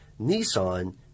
nissan